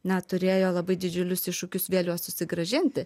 na turėjo labai didžiulius iššūkius vėl susigrąžinti